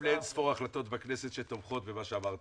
לאין ספור החלטות בכנסת שתומכות במה שאמרת,